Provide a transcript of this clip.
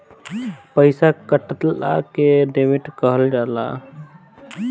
पइसा कटला के डेबिट कहल जाला